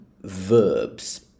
verbs